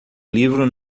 livro